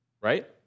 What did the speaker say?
right